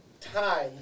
time